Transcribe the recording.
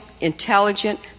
intelligent